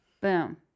Boom